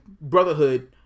Brotherhood